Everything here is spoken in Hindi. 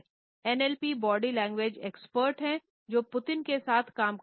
एनएलपी बॉडी लैंग्वेज एक्सपर्ट है जो पुतिन के साथ काम करता है